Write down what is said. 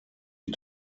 ich